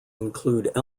include